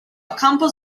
окампо